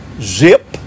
Zip